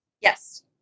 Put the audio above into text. Yes